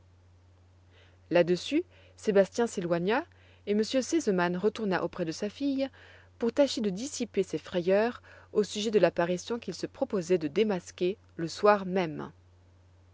là-dessus sébastien s'éloigna et m r sesemann retourna auprès de sa fille pour tâcher de dissiper ses frayeurs au sujet de l'apparition qu'il se proposait de démasquer le soir même